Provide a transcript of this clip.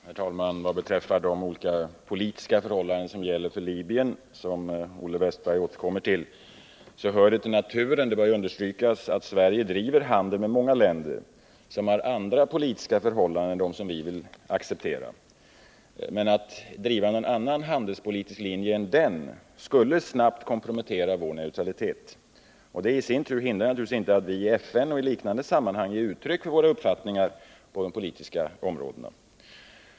Herr talman! Vad beträffar de olika politiska förhållanden som gäller för Libyen och som Olle Wästberg återkommer till, bör det understrykas att det hör till naturen att Sverige driver handel med många länder som har andra politiska förhållanden än vi. Att driva en annan handelspolitisk linje skulle snabbt kompromettera vår neutralitet. Neutraliteten i sin tur utgör naturligtvis inget hinder för att vi i FN och liknande sammanhang ger uttryck för våra uppfattningar på de politiska områdena.